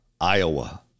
Iowa